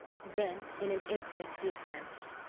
then in an instant he had vanished,